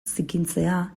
zikintzea